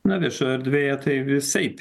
na viešoj erdvėje tai visaip